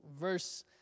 verse